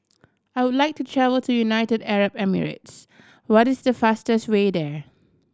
I would like to travel to United Arab Emirates What is the fastest way there